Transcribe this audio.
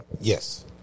Yes